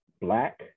black